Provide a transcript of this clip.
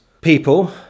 people